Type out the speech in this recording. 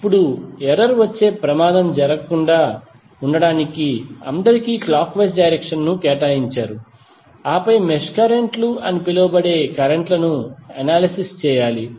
ఇప్పుడు ఎర్రర్ వచ్చే ప్రమాదం జరగకుండా ఉండటానికి అందరికీ క్లాక్ వైస్ డైరెక్షన్ ను కేటాయించారు ఆపై మెష్ కరెంట్ లు అని పిలువబడే ఈ కరెంట్లను అనాలిసిస్ చేయాలి